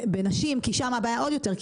בנשים כי שם הבעיה עוד יותר,